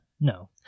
No